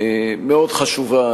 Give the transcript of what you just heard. מאוד חשובה,